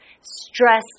stress